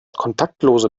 kontaktlose